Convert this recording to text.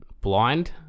blind